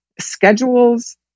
schedules